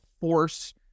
force